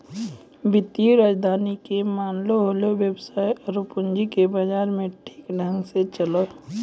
वित्तीय राजधानी के माने होलै वेवसाय आरु पूंजी के बाजार मे ठीक ढंग से चलैय